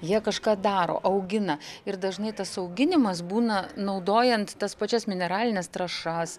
jie kažką daro augina ir dažnai tas auginimas būna naudojant tas pačias mineralines trąšas